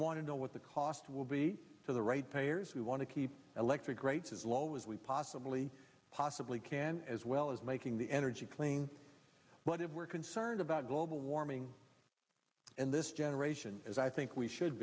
want to know what the cost will be to the right payers we want to keep electric rates as low as we possibly possibly can as well as making the energy clean what if we're concerned about global warming and this generation as i think we should